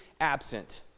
absent